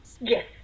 Yes